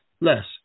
less